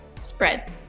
spread